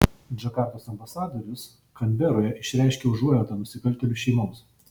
džakartos ambasadorius kanberoje išreiškė užuojautą nusikaltėlių šeimoms